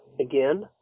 again